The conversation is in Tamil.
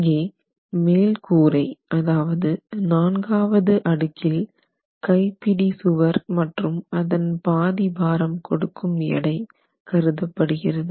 இங்கே மேல் கூரை அதாவது நான்காவது அடுக்கில் கைப்பிடி சுவர் மற்றும் அதன் பாதி பாரம் கொடுக்கும் எடை கருதப் படுகிறது